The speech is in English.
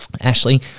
Ashley